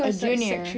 a junior